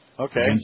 Okay